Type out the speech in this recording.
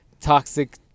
toxic